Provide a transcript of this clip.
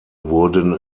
wurden